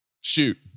shoot